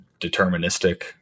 deterministic